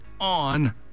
on